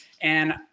and-